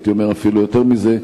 הייתי אומר אפילו יותר מזה,